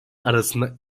arasında